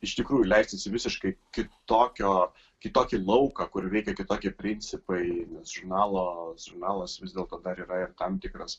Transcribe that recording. iš tikrųjų leistis į visiškai kitokio kitokį lauką kur veikia kitokie principai nes žurnalo žurnalas vis dėlto dar yra ir tam tikras